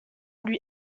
lui